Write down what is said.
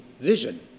vision